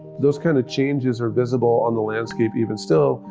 those kind of changes are visible on the landscape even still,